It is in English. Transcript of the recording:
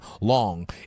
long